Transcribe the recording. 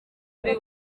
muri